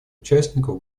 участников